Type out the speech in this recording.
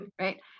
Right